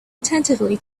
attentively